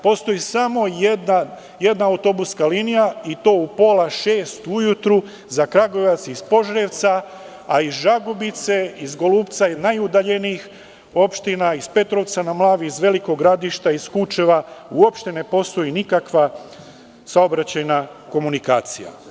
Postoji samo jedna autobuska linija i to u pola šest ujutru za Kragujevac iz Požarevca, iz Žagubice, Golubca i najudaljenijih opština, iz Petrovca na Mlavi, iz Velikog Gradišta, iz Kučeva uopšte ne postoji nikakva saobraćajna komunikacija.